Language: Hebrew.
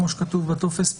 כמו שכתוב בטופס,